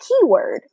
keyword